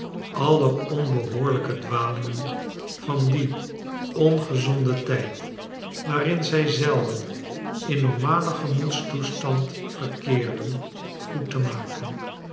alle onbehoorlijke dwalingen van dien ongezonden tijd waarin zij zelden in normalen gemoedstoestand verkeerden goed te maken